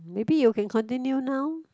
maybe you can continue now